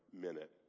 minute